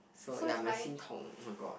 so ya my 心痛 oh-my-god